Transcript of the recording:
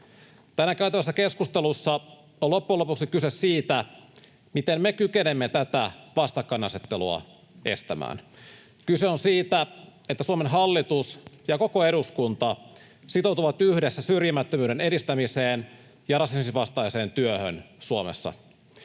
Tänään käytävässä keskustelussa on loppujen lopuksi kyse siitä, miten me kykenemme tätä vastakkainasettelua estämään. Kyse on siitä, että Suomen hallitus ja koko eduskunta sitoutuvat yhdessä syrjimättömyyden edistämiseen ja rasisminvastaiseen työhön Suomessa.